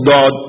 God